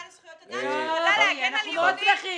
לזכויות אדם שנועדה להגן על יהודים